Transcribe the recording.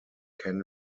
can